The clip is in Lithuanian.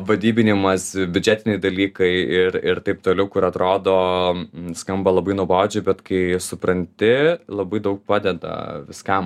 vadybininimas biudžetiniai dalykai ir ir taip toliau kur atrodo skamba labai nuobodžiai bet kai supranti labai daug padeda viskam